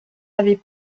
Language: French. avait